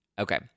Okay